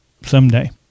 someday